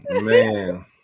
Man